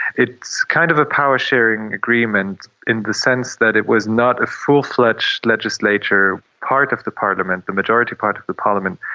it's kind of a power-sharing agreement in the sense that it was not a full-fledged legislature. part of the parliament, the majority part of the parliament,